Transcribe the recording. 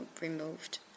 removed